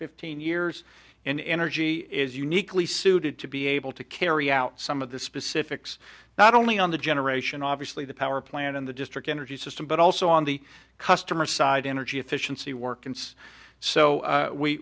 fifteen years in energy is uniquely suited to be able to carry out some of the specifics not only on the generation obviously the power plant in the district energy system but also on the customer side energy efficiency work and so